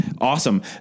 Awesome